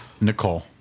Nicole